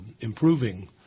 improving